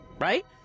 right